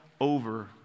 over